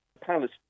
palace